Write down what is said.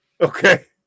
Okay